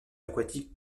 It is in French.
aquatique